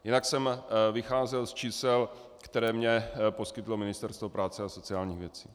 Jinak jsem vycházel z čísel, která mně poskytlo Ministerstvo práce a sociálních věcí.